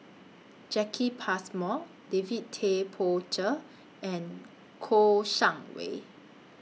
Jacki Passmore David Tay Poey Cher and Kouo Shang Wei